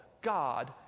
God